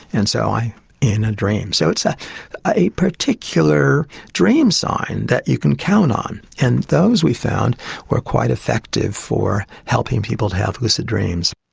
and so i'm in a dream. so it's ah a particular dream sign that you can count on, and those we found were quite effective for helping people to have lucid dreams.